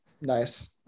nice